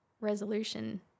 resolution